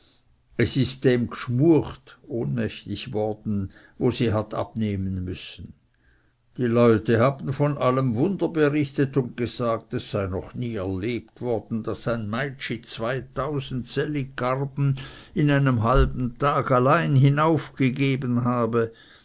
es ist dem gschmuecht worden wo sie hat abnehmen müssen die leute haben von allem wunder brichtet und gesagt das sei noch nie erlebt worden daß ein meitschi zweitausend sellig garben in einem halben tag allein hinaufgegeben habe